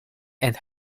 and